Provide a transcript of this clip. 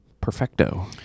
Perfecto